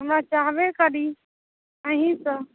हमरा चाहबे करि अहीँ सँ